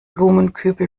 blumenkübel